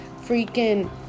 freaking